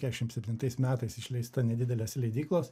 kešim septintais metais išleista nedidelės leidyklos